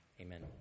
amen